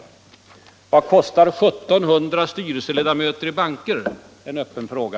En öppen fråga: Vad kostar exempelvis 1 700 nya styrelseledamöter i bankerna?